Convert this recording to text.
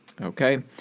okay